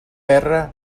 erra